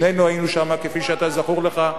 שנינו היינו שם, כפי שזכור לך.